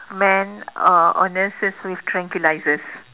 man uh or nurses with tranquilizers